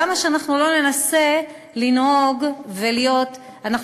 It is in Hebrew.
למה שאנחנו לא ננסה לנהוג ולהיות אנחנו